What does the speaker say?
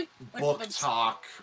book-talk